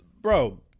Bro